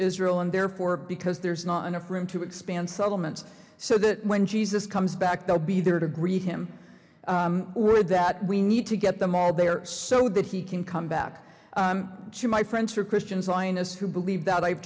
israel and therefore because there's not enough room to expand settlements so that when jesus comes back they'll be there to greet him good that we need to get them out there so that he can come back to my friends who are christian zionists who believe that i've